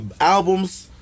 albums